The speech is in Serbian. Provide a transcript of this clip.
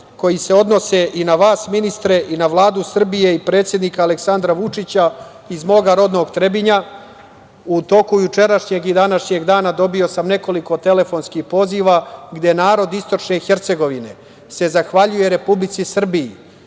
koji se odnose i na vas, ministre, i na Vladu Srbije i predsednika Aleksandra Vučića iz mog rodnog Trebinja.U toku jučerašnjeg i današnjeg dana dobio sam nekoliko telefonskih poziva gde narod istočne Hercegovine se zahvaljuje Republici Srbiji